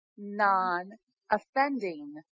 non-offending